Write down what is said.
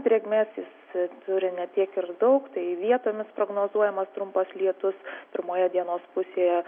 drėgmės jis turi ne tiek ir daug tai vietomis prognozuojamas trumpas lietus pirmoje dienos pusėje